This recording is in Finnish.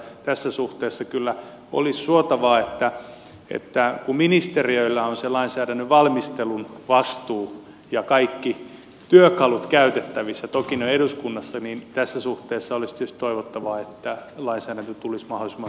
tässä suhteessa kyllä olisi suotavaa että kun ministeriöillä on se lainsäädännön valmistelun vastuu ja kaikki työkalut käytettävissä toki ne ovat eduskunnassa niin tässä suhteessa olisi tietysti toivottavaa että lainsäädäntö tulisi mahdollisimman selkeänä jo tänne eduskuntaan